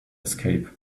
escape